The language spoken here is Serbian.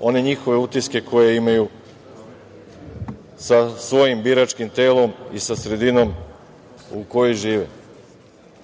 one njihove utiske koje imaju sa svojim biračkim telom i sa sredinom u kojoj žive. Jedna